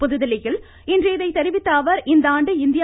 புதுதில்லியில் இன்று இதை தெரிவித்த அவர் இந்தாண்டு இந்தியா